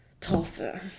Tulsa